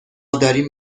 داریم